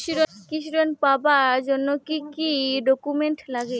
কৃষি ঋণ পাবার জন্যে কি কি ডকুমেন্ট নাগে?